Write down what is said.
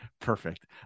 Perfect